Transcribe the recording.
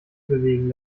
bewegen